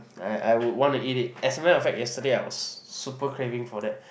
I I would want to eat it as a matter of fact yesterday I was super craving for that